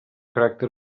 caràcter